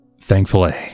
Thankfully